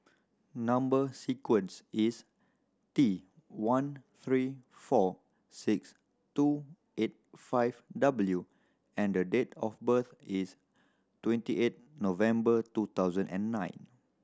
number sequence is T one three four six two eight five W and date of birth is twenty eight November two thousand and nine